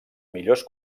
millors